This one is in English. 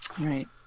Right